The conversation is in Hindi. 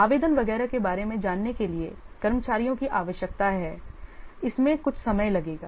आवेदन वगैरह के बारे में जानने के लिए कर्मचारियों की आवश्यकता है इसमें कुछ समय लगेगा